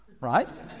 Right